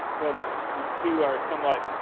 well, the two are somewhat